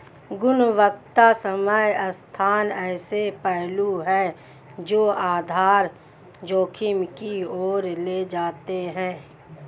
गुणवत्ता समय स्थान ऐसे पहलू हैं जो आधार जोखिम की ओर ले जाते हैं